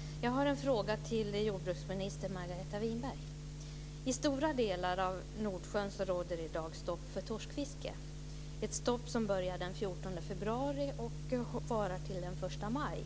Fru talman! Jag har en fråga till jordbruksminister I stora delar av Nordsjön råder i dag stopp för torskfiske, ett stopp som började den 14 februari och varar till den 1 maj.